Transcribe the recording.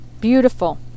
beautiful